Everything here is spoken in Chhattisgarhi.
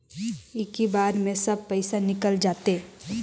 इक्की बार मे सब पइसा निकल जाते?